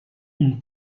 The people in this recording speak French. une